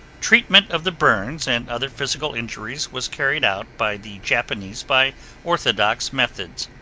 treatment of the burns and other physical injuries was carried out by the japanese by orthodox methods.